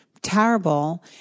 terrible